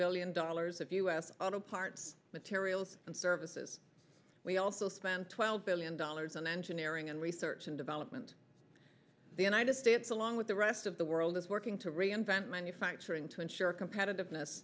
billion dollars of u s auto parts materials and services we also spent twelve billion dollars on engineering and research and development the united states along with the rest of the world is working to reinvent manufacturing to ensure competitiveness